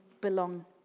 belong